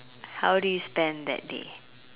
how did you spend that day